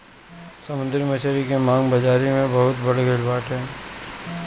समुंदरी मछरी के मांग बाजारी में बहुते बढ़ गईल बाटे